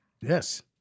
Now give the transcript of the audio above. Yes